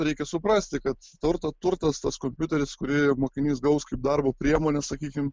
reikia suprasti kad turto turtas tas kompiuteris kurį mokinys gaus kaip darbo priemonę sakykim